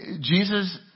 Jesus